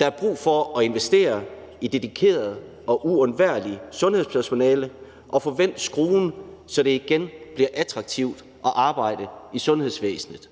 Der er brug for at investere i dedikeret og uundværligt sundhedspersonale og få vendt skuden, så det igen bliver attraktivt at arbejde i sundhedsvæsenet.